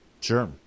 sure